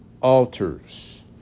altars